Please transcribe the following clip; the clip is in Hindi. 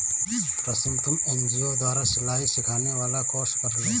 रश्मि तुम एन.जी.ओ द्वारा सिलाई सिखाने वाला कोर्स कर लो